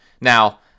Now